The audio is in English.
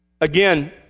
Again